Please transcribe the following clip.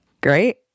Great